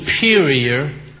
superior